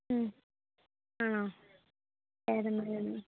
മ്മ് ആണോ